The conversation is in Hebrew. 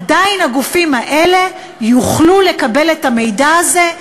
עדיין הגופים האלה יוכלו לקבל את המידע הזה,